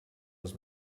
was